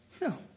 No